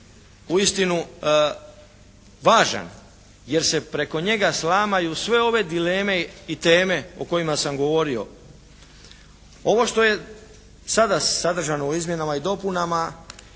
uistinu važan, jer se preko njega slamaju sve ove dileme i teme o kojima sam govorio. Ovo što je sada sadržano u izmjenama i dopunama